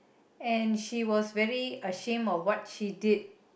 and she was very ashamed of what she did